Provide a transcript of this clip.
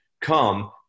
come